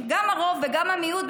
גם הרוב וגם המיעוט,